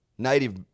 Native